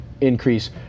increase